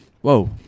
Whoa